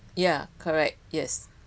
ya correct yes